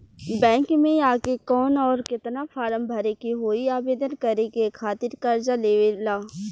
Bank मे आ के कौन और केतना फारम भरे के होयी आवेदन करे के खातिर कर्जा लेवे ला?